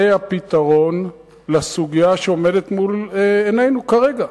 זה הפתרון לסוגיה שעומדת מול עינינו כרגע,